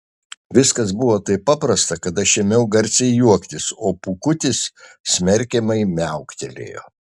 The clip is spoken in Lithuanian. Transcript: viskas buvo taip paprasta kad aš ėmiau garsiai juoktis o pūkutis smerkiamai miauktelėjo